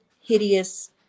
hideous